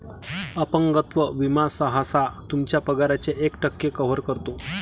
अपंगत्व विमा सहसा तुमच्या पगाराच्या एक टक्के कव्हर करतो